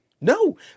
No